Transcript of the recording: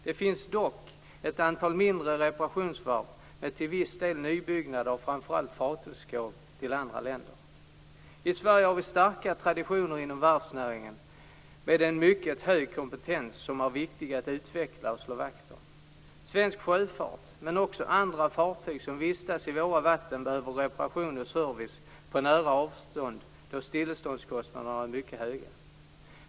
Det finns dock ett antal mindre reparationsvarv med till en viss del nybyggnad av framför allt fartygsskrov till andra länder. I Sverige har vi starka traditioner inom varvsnäringen med en mycket hög kompetens som det är viktigt att utveckla och slå vakt om. Svensk sjöfart, liksom andra fartyg som vistas i våra vatten, behöver reparation och service på nära avstånd eftersom stilleståndskostnaderna är mycket höga.